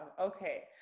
Okay